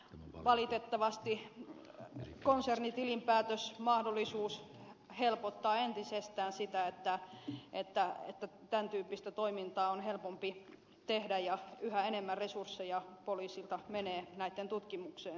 valitettavasti konsernitilinpäätösmahdollisuus helpottaa entisestään sitä että tämän tyyppistä toimintaa on helpompi tehdä ja yhä enemmän resursseja poliisilta menee näitten tutkimiseen jatkossa